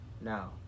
Now